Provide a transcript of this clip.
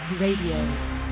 Radio